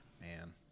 Man